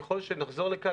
ככל שנחזור לכאן,